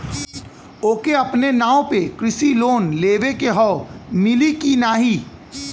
ओके अपने नाव पे कृषि लोन लेवे के हव मिली की ना ही?